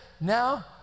now